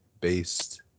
based